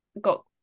got